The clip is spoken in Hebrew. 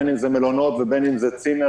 בין אם זה מלונות ובין אם זה צימרים,